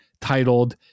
titled